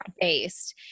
based